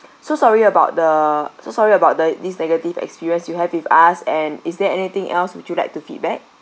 so sorry about the so sorry about the this negative experience you have with us and is there anything else would you like to feedback